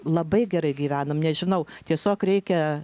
labai gerai gyvenam nežinau tiesiog reikia